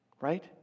right